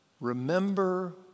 Remember